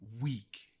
weak